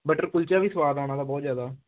butter kulcha ਵੀ ਸਵਾਦ ਆਉਣਾ ਤਾਂ ਬਹੁਤ ਜਿਆਦਾ ਹਾਂਜੀ